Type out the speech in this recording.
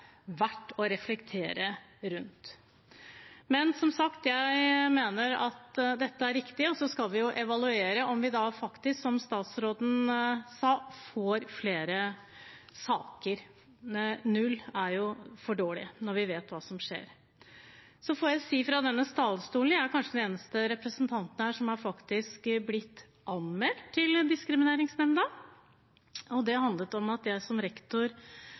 verdt å reflektere rundt. Men, som sagt, jeg mener at dette er riktig, og så skal vi evaluere om vi faktisk, som statsråden sa, får flere saker. Null er jo for dårlig når vi vet hva som skjer. Så får jeg si fra denne talerstolen: Jeg er kanskje den eneste representanten her som har blitt anmeldt til Diskrimineringsnemnda. Det handlet om at jeg som rektor